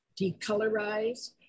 decolorize